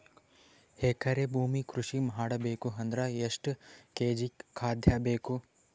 ಎಕರೆ ಭೂಮಿ ಕೃಷಿ ಮಾಡಬೇಕು ಅಂದ್ರ ಎಷ್ಟ ಕೇಜಿ ಖಾದ್ಯ ಬೇಕು?